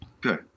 Good